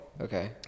Okay